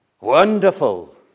Wonderful